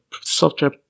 software